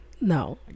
No